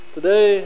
Today